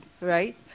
right